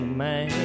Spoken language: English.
man